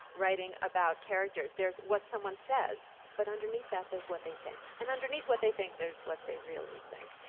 writing about characters there's what someone says, but underneath that there's what they think. and underneath what they think there's what they really think,